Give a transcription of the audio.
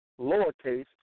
lowercase